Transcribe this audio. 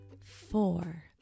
four